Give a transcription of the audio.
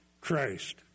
Christ